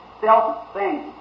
self-same